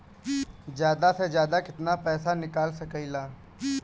जादा से जादा कितना पैसा निकाल सकईले?